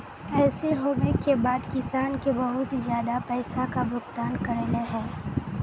ऐसे होबे के बाद किसान के बहुत ज्यादा पैसा का भुगतान करले है?